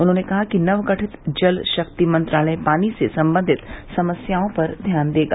उन्होंने कहा कि नवगठित जल शक्ति मंत्रालय पानी से संबंधित समस्याओं पर ध्यान देगा